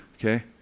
Okay